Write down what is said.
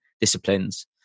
disciplines